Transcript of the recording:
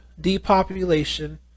depopulation